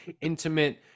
intimate